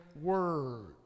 word